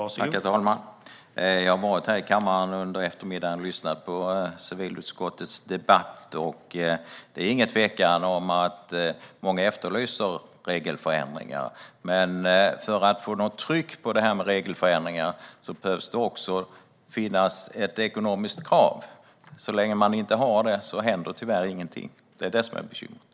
Herr talman! Jag har varit här i kammaren under eftermiddagen och lyssnat på civilutskottets debatt, och det är ingen tvekan om att många efterlyser regelförändringar. Men för att få tryck i detta måste det också finnas ett ekonomiskt krav. Så länge man inte har det händer det tyvärr ingenting. Det är det som är bekymret.